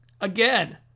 Again